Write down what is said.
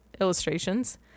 illustrations